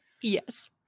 Yes